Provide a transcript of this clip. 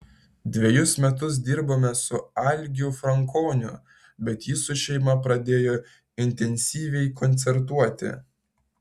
dvejus metus dirbome su algiu frankoniu bet jis su šeima pradėjo intensyviai koncertuoti